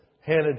Hannah